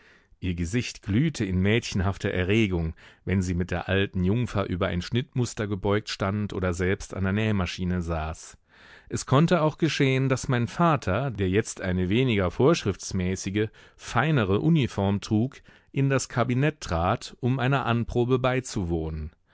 ihr gesicht glühte in mädchenhafter erregung wenn sie mit der alten jungfer über ein schnittmuster gebeugt stand oder selbst an der nähmaschine saß es konnte auch geschehen daß mein vater der jetzt eine weniger vorschriftsmäßige feinere uniform trug in das kabinett trat um einer anprobe beizuwohnen